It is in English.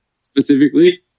specifically